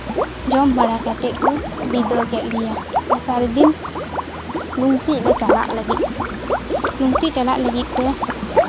ᱡᱚᱢ ᱵᱟᱲᱟ ᱠᱟᱛᱮᱫ ᱠᱚ ᱵᱤᱫᱟᱹᱭ ᱠᱮᱫ ᱞᱮᱭᱟ ᱫᱟᱥᱟᱨ ᱫᱤᱱ ᱞᱩᱝᱛᱤᱜ ᱞᱮ ᱪᱟᱞᱟᱜ ᱞᱟᱹᱜᱤᱫ ᱞᱩᱝᱛᱤᱜ ᱪᱟᱞᱟᱜ ᱞᱟᱹᱜᱤᱫ ᱛᱮ